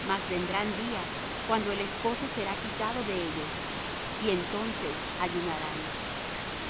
mas vendrán días cuando el esposo será quitado de ellos y entonces ayunarán